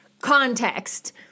context